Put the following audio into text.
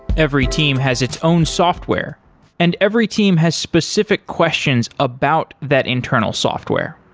every team has its own software and every team has specific questions about that internal software.